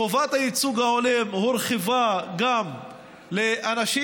חובת הייצוג ההולם הורחבה וחלה גם על אנשים